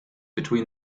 between